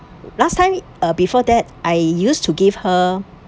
last time uh before that I used to give her